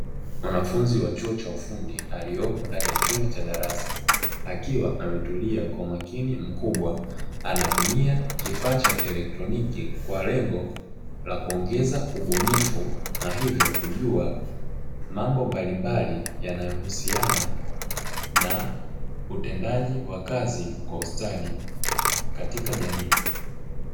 Mwanafunzi wa chuo cha ufundi aliyepo ndani ya chumba cha darasa akiwa ametulia kwa umakini mkubwa, anatumia kifaa cha kieletroniki kwa lengo la kuongeza ubunifu na hivyo kujua mambo mbalimbali yanayohusiana na utendaji wa kazi kwa ustadi katika jamii.